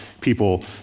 people